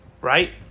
right